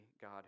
God